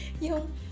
Yung